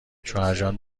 شوهرجان